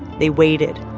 they waited